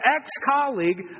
ex-colleague